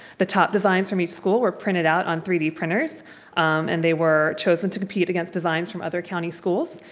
the top designs from each school were printed out on three d printers and they were chosen to compete against designs from other county schools.